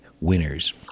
winners